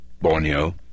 Borneo